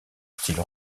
style